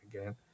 again